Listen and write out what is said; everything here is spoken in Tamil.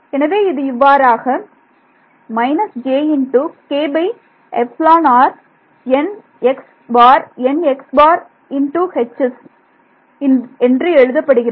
எனவே இது இவ்வாறாக எழுதப்படுகிறது